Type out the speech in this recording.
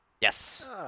Yes